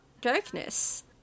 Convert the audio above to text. darkness